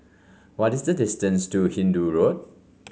what is the distance to Hindoo Road